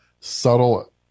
subtle